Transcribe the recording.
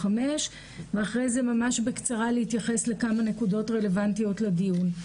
ואחרי זה ממש בקצרה להתייחס לכמה נקודות רלוונטיות לדיון.